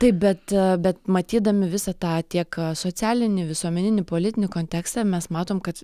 taip bet bet matydami visą tą tiek socialinį visuomeninį politinį kontekstą mes matom kad